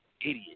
idiot